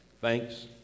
Thanks